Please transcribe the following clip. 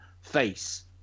face